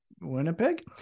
Winnipeg